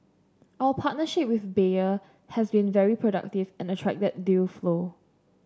our partnership with Bayer has been very productive and attracted deal flow